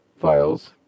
files